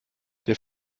der